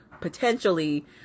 potentially